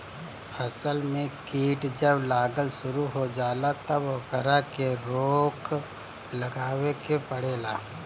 फसल में कीट जब लागल शुरू हो जाला तब ओकरा के रोक लगावे के पड़ेला